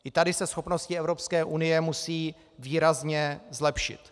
I tady se schopnosti Evropské unie musí výrazně zlepšit.